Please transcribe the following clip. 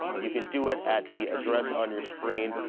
you can do it at the address on your screen.